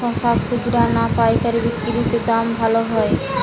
শশার খুচরা না পায়কারী বিক্রি তে দাম ভালো হয়?